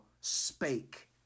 spake